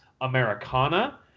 Americana